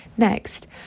Next